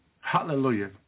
Hallelujah